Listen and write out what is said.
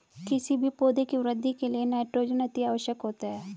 किसी भी पौधे की वृद्धि के लिए नाइट्रोजन अति आवश्यक होता है